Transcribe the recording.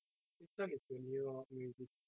Tiktok is the new music